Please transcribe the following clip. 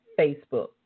Facebook